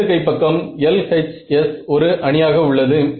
இடது கைப்பக்கம் LHS ஒரு அணியாக உள்ளது